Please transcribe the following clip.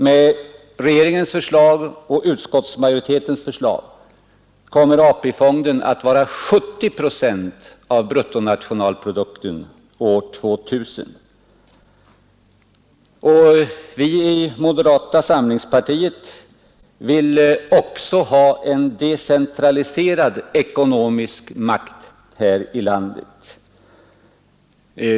Med regeringens och utskottsmajoritetens förslag kommer AP-fonden att vara 70 procent av bruttonationalprodukten år 2000. I moderata samlingspartiet vill vi också ha en decentraliserad ekonomisk makt här i landet.